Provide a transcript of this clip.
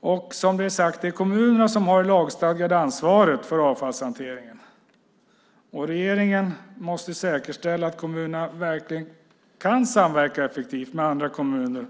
Det är kommunerna som har det lagstadgade ansvaret för avfallshanteringen. Regeringen måste säkerställa att kommunerna verkligen kan samverka effektivt med andra kommuner